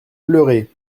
pleuré